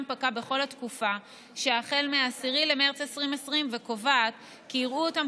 פקע בכל התקופה שהחלה ב-10 במרץ 2020 וקובעת כי יראו אותם